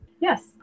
Yes